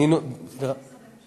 איזה משרדי ממשלה?